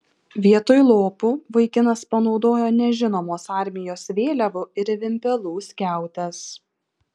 vietoj lopų vaikinas panaudojo nežinomos armijos vėliavų ir vimpelų skiautes